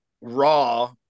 raw